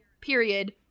Period